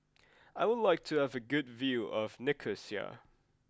I would like to have a good view of Nicosia